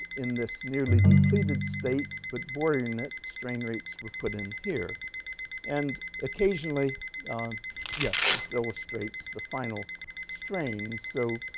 in this nearly depleted state but bordering it strain rates were put in here and occasionally yes this illustrates the final strain so